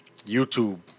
YouTube